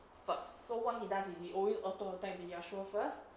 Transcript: first so what he does is he always auto attack the yasuo first